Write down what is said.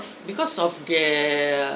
because of their